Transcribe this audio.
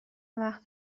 وقت